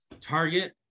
Target